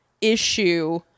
issue